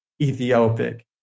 Ethiopic